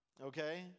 Okay